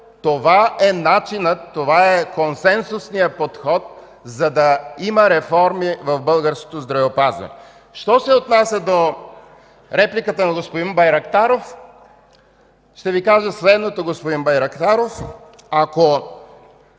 Това е начинът, това е консенсусният подход, за да има реформи в българското здравеопазване. Що се отнася до репликата на господин Байрактаров, ще кажа следното. Господин Байрактаров,